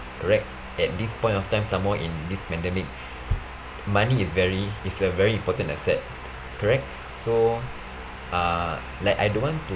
correct at this point of time some more in this pandemic money is very is a very important asset correct so uh like I don't want to